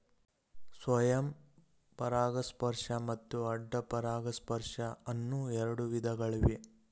ಸ್ವಯಂ ಪರಾಗಸ್ಪರ್ಶ ಮತ್ತು ಅಡ್ಡ ಪರಾಗಸ್ಪರ್ಶ ಅನ್ನೂ ಎರಡು ವಿಧಗಳಿವೆ